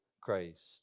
Christ